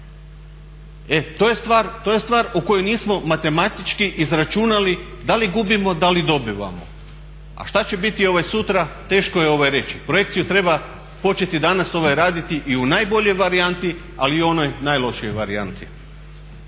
E to je stvar o kojoj nismo matematički izračunali da li gubimo, da li dobivamo. A šta će biti sutra teško je reći. Projekciju treba početi danas raditi i u najboljoj varijanti, ali i u onoj najlošijoj varijanti.